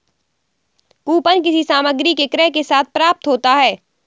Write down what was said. coupon किसी सामग्री के क्रय के साथ प्राप्त होता है